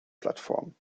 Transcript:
plattform